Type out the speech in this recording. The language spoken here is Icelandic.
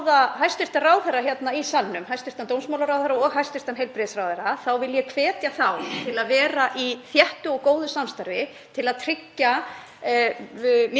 mikilvæga þjónustu fyrir fanga. Ég vil fagna því sérstaklega að okkur hafi tekist að tryggja rekstur geðheilbrigðisteymis fyrir fanga sem hæstv. heilbrigðisráðherra kynnti nú í janúar.